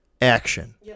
action